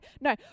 No